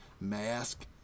mask